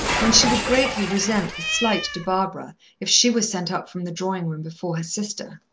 when she would greatly resent the slight to barbara if she was sent up from the drawing-room before her sister.